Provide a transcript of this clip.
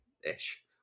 ish